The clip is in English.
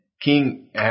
King